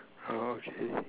okay